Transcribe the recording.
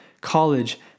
college